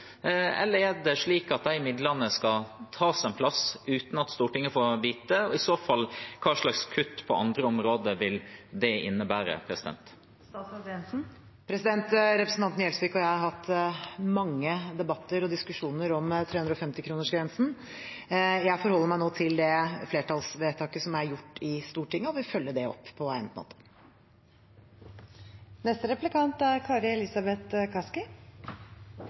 eller er det slik at de midlene skal tas fra et sted, uten at Stortinget får vite det? I så fall: Hvilke kutt vil det innebære på andre områder? Representanten Gjelsvik og jeg har hatt mange debatter, diskusjoner, om 350-kronersgrensen. Jeg forholder meg nå til det flertallsvedtaket som er gjort i Stortinget, og vil følge det opp på egnet måte.